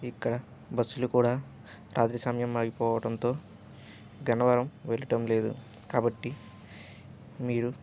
ఇక్కడ బస్సులు కూడా రాత్రి సమయం ఆగిపోవటంతో గన్నవరం వెళ్ళటం లేదు కాబట్టి మీరు